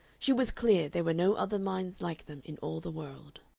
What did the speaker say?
she was clear there were no other minds like them in all the world.